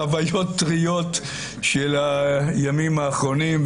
חוויות טריות של הימים האחרונים,